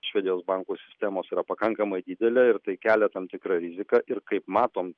švedijos bankų sistemos yra pakankamai didelė ir tai kelia tam tikrą riziką ir kaip matom